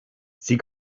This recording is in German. sie